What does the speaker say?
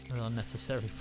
Unnecessary